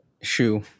Shoe